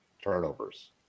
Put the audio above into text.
turnovers